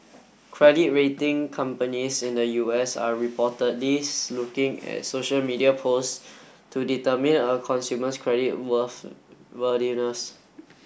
credit rating companies in the U S are reportedly looking at social media post to determine a consumer's credit worth worthiness